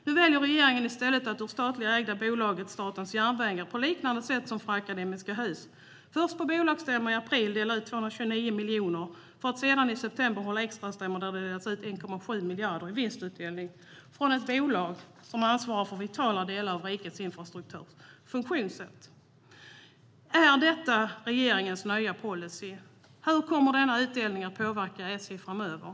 Nu väljer i stället regeringen att ur det statligt ägda bolaget SJ AB, på liknande sätt som för Akademiska Hus, på bolagsstämman i april dela ut 229 miljoner, för att sedan i september hålla extrastämma där det delas ut 1,7 miljarder i vinstutdelning från ett bolag som ansvarar för vitala delar av rikets infrastrukturs funktion. Är detta regeringens nya policy? Hur kommer denna utdelning att påverka SJ framöver?